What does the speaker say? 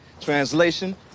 Translation